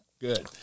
Good